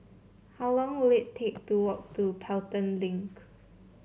how long will it take to walk to Pelton Link